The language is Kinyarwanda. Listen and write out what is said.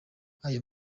ayo